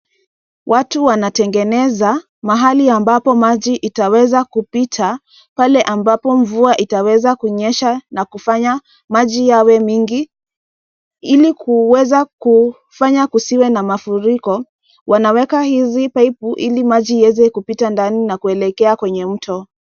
Watu wanatengeneza mahali ambapo maji itaweza kupita pale ambapo mvua itaweza kunyesha na kufanya maji yawe mingi. Ili kuweza kufanya kusiwe na mafuriko, wanaweka hizi paipu ili maji iweze kupita ndani na kuelekea kwenye mto.